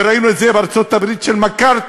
ראינו את זה בארצות-הברית של מקארתי,